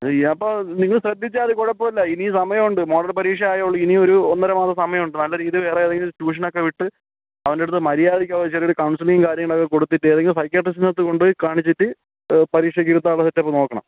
അപ്പോൾ നിങ്ങൾ ശ്രദ്ധിച്ചാൽ കുഴപ്പമില്ല ഇനിയും സമയമുണ്ട് മോഡൽ പരീക്ഷ ആയതേ ഉള്ളു ഇനി ഒരു ഒന്നര മാസം സമയമുണ്ട് നല്ല രീതിയിൽ വേറെ ഏതെങ്കിലും ട്യൂഷനൊക്കെ വിട്ട് അവൻ്റെ അടുത്ത് മര്യാദക്ക് അവന് ചെറിയൊരു കൗൺസിലിങ്ങും കാര്യങ്ങളൊക്കെ കൊടുത്തിട്ട് ഏതെങ്കിലും സൈകാർട്ടിസ്റ്റിൻ്റെ അടുത്തു കൊണ്ടുപോയി കാണിച്ചിട്ട് പരീക്ഷക്ക് ഇരുത്താനുള്ള സെറ്റപ്പ് നോക്കണം